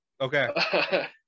Okay